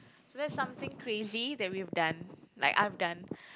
so that's something crazy that we've done like I've done